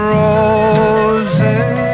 roses